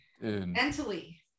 mentally